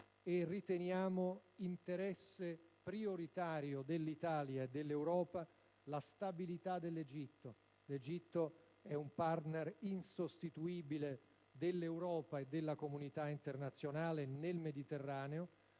e riteniamo interesse prioritario dell'Italia e dell'Europa la stabilità di questo Paese. L'Egitto è un partner insostituibile dell'Europa e della comunità internazionale nel Mediterraneo,